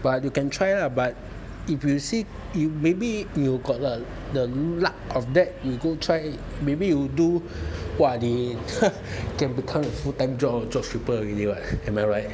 but you can try lah but if you see you maybe you got the the luck of that you go try maybe you do !wah! they can become a full time job of drop shipper already [what] am I right